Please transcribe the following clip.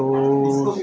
તો